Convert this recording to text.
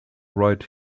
right